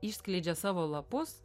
išskleidžia savo lapus